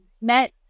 met